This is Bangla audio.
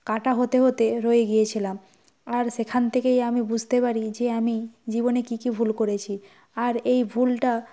কাটা হতে হতে রয়ে গিয়েছিলাম আর সেখান থেকেই আমি বুঝতে পারি যে আমি জীবনে কী কী ভুল করেছি আর এই ভুলটা